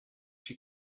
she